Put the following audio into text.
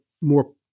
more